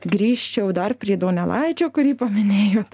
grįžčiau dar prie donelaičio kurį paminėjot